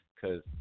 Cause